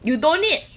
you don't need